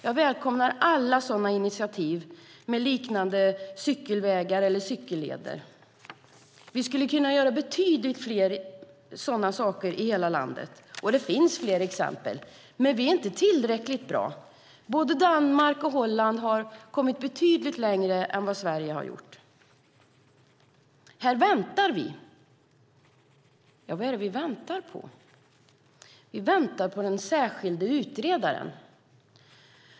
Jag välkomnar alla initiativ till liknande cykelvägar eller cykelleder. Vi skulle kunna göra betydligt fler sådana i hela landet, och det finns fler exempel. Men vi är inte tillräckligt bra. Både Danmark och Holland har kommit betydligt längre än Sverige. Här väntar vi. Ja, vad är det vi väntar på? Vi väntar på den särskilde utredaren.